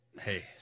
hey